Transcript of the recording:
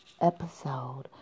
episode